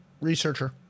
researcher